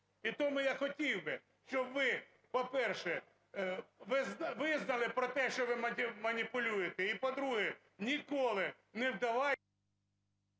І тому я хотів би, щоб ви, по-перше, визнали про те, що ви маніпулюєте. І по-друге, ніколи не…